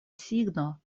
signo